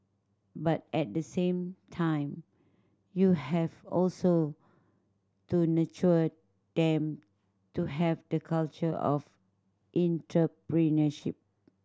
but at the same time you have also to nurture them to have the culture of entrepreneurship